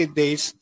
days